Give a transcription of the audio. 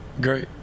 great